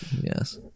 Yes